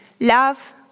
Love